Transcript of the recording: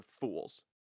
fools